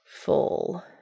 Full